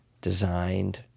designed